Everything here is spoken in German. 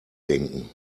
denken